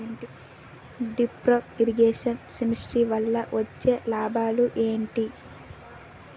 Drip irrigation system వల్ల వచ్చే లాభాలు ఏంటి?